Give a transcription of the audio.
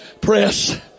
Press